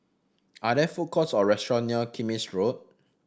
are there food courts or restaurant near Kismis Road